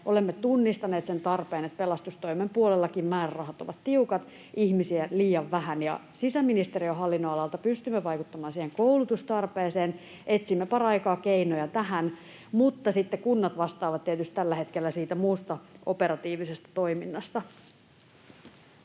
Olemme tunnistaneet sen tarpeen, että pelastustoimen puolellakin määrärahat ovat tiukat ja ihmisiä on liian vähän. Sisäministeriön hallinnonalalta pystymme vaikuttamaan siihen koulutustarpeeseen ja etsimme paraikaa keinoja tähän, mutta sitten kunnat vastaavat tietysti tällä hetkellä siitä muusta, operatiivisesta toiminnasta.